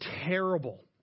terrible